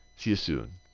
see you soon.